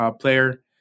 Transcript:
player